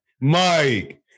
Mike